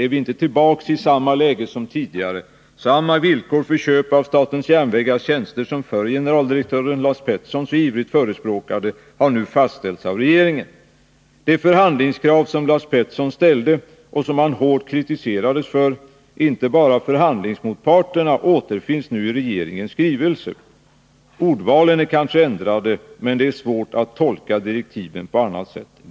Är vi inte tillbaka i samma läge som tidigare. Samma villkor för köp av Statens Järnvägars tjänster som förre generaldirektören Lars Peterson så ivrigt förespråkade har nu fastställts av regeringen. De förhandlingskrav som Lars Peterson ställde och som han hårt kritiserades för, inte bara av förhandlingsmotparterna, återfinns nu i regeringens skrivelse. Ordvalen är kanske ändrade men det är svårt att tolka direktiven på annat sätt.